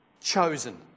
Chosen